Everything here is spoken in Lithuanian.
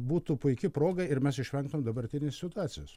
būtų puiki proga ir mes išvengtum dabartinės situacijos